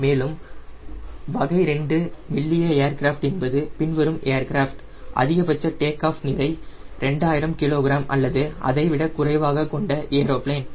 மீண்டும் வகை 2 மெல்லிய ஏர்கிராஃப்ட் என்பது பின்வரும் ஏர்கிராஃப்ட் அதிகபட்ச டேக் ஆஃப் நிறை 2000 kg அல்லது அதைவிட குறைவாக கொண்ட ஏரோபிளேன்